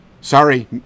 Sorry